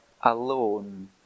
alone